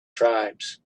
tribes